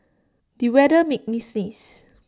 the weather made me sneeze